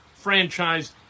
franchise